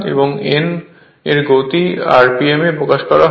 এবং N এর গতি rpm এ প্রকাশ করা হয়